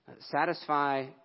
Satisfy